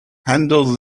handle